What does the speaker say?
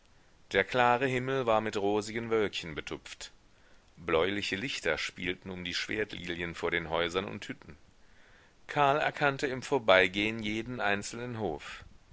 der klare himmel war mit rosigen wölkchen betupft bläuliche lichter spielten um die schwertlilien vor den häusern und hütten karl erkannte im vorbeigehen jeden einzelnen hof